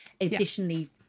additionally